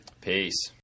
Peace